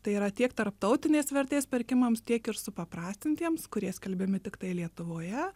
tai yra tiek tarptautinės vertės pirkimams tiek ir supaprastintiems kurie skelbiami tiktai lietuvoje